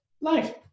life